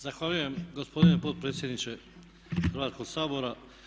Zahvaljujem gospodine potpredsjedniče Hrvatskoga sabora.